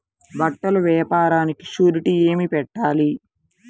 బట్టల వ్యాపారానికి షూరిటీ ఏమి పెట్టాలి?